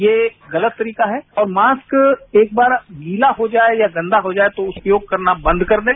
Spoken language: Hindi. ये गलत तरीका है और मास्क एक बार गीला हो जाए या गंदा हो जाए तो उपयोग करना बंद कर दें